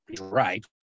right